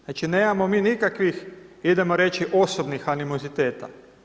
Znači nemamo mi nikakvih idemo reći osobnih animoziteta.